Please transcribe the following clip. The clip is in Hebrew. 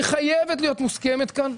שחייבת להיות מוסכמת כאן,